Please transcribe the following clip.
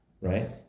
right